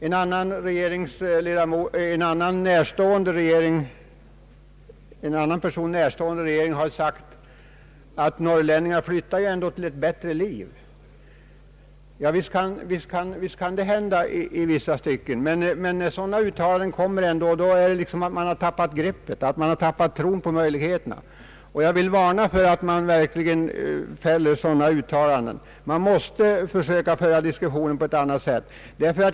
En annan regeringen närstående person har sagt att norrlänningarna ändå flyttar till ett bättre liv. Visst kan det vara sant i vissa stycken, men när man fäller sådana uttalanden har man tappat tron på möjligheterna. Jag vill varna för sådana uttalanden; man måste försöka föra diskussionen på annat sätt.